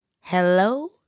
hello